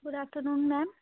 good after noon ma'am